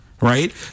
right